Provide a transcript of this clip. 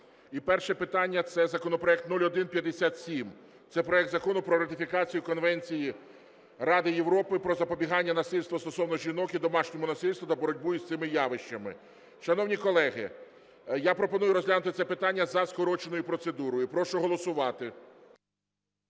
І перше питання - це законопроект 0157. Це проект Закону про ратифікацію Конвенції Ради Європи про запобігання насильству стосовно жінок і домашньому насильству та боротьбу з цими явищами. Шановні колеги, я пропоную розглянути це питання за скороченою процедурою. Прошу голосувати.